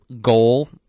goal